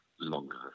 longer